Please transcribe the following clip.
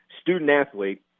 student-athlete